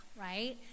Right